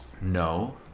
no